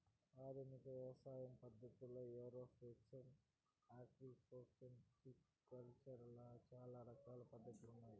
ఆధునిక వ్యవసాయ పద్ధతుల్లో ఏరోఫోనిక్స్, ఆక్వాపోనిక్స్, టిష్యు కల్చర్ ఇలా చానా రకాల పద్ధతులు ఉన్నాయి